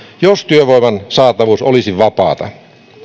jos työvoiman saatavuus olisi vapaata